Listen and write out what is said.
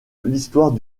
l’histoire